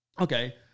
Okay